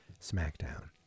Smackdown